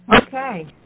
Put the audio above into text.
Okay